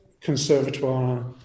conservatoire